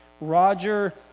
Roger